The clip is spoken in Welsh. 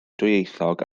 dwyieithog